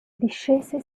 discese